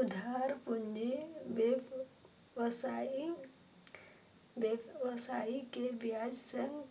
उधार पूंजी व्यवसायी कें ब्याज संग